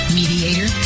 mediator